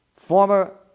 Former